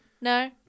No